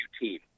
team